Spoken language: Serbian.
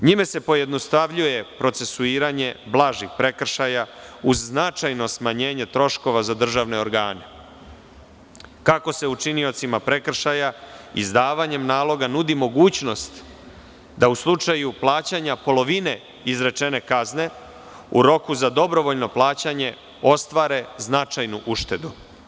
Njime se pojednostavljuje procesuiranje blažih prekršaja, uz značajno smanjenje troškova za državne organe, kako se učiniocima prekršaja izdavanjem naloga nudi mogućnost da u slučaju plaćanja polovine izrečene kazne, u roku za dobrovoljno plaćanje, ostvare značajnu uštedu.